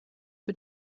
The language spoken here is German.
wir